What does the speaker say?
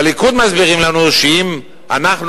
בליכוד מסבירים לנו שאם אנחנו,